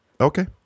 Okay